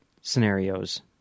scenarios